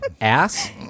Ass